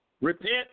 Repent